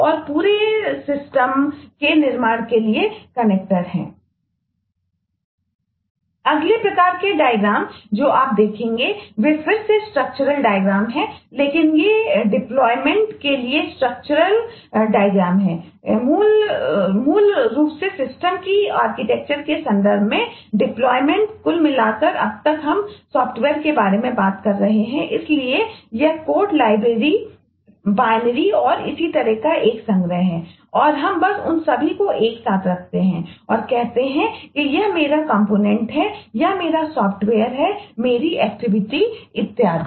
अगले प्रकार के डायग्राम इत्यादि